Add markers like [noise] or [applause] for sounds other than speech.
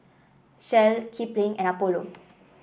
Shell Kipling and Apollo [noise]